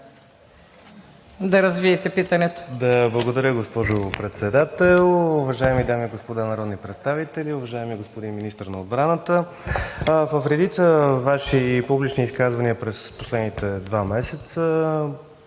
да развиете питането. ХРИСТО ГАДЖЕВ (ГЕРБ-СДС): Благодаря, госпожо Председател. Уважаеми дами и господа народни представители! Уважаеми господин министър на отбраната, в редица Ваши публични изказвания през последните два месеца